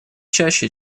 чаще